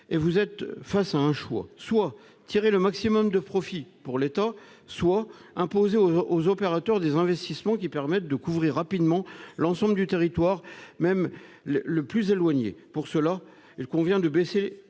vous êtes face à un choix : soit tirer le maximum de profits pour l'État, soit imposer aux opérateurs des investissements permettant de couvrir rapidement l'ensemble du territoire, même le plus éloigné. Pour ce faire, il convient de baisser